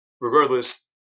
regardless